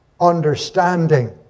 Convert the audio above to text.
understanding